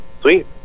sweet